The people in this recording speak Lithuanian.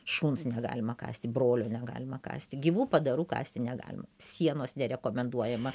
šuns negalima kąsti brolio negalima kąsti gyvų padarų kąsti negalima sienos nerekomenduojama